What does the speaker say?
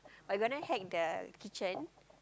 but gonna hack the kitchen